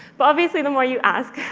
but obviously, the more you ask,